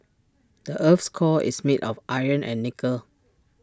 the Earth's core is made of iron and nickel